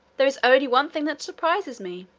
there is only one thing that surprises me.